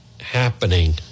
happening